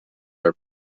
are